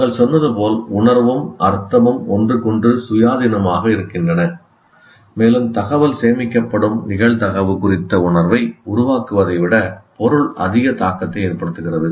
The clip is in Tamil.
நாங்கள் சொன்னது போல் உணர்வும் அர்த்தமும் ஒன்றுக்கொன்று சுயாதீனமாக இருக்கின்றன மேலும் தகவல் சேமிக்கப்படும் நிகழ்தகவு குறித்த உணர்வை உருவாக்குவதை விட பொருள் அதிக தாக்கத்தை ஏற்படுத்துகிறது